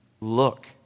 look